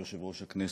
יושב-ראש הכנסת,